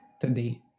today